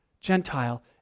Gentile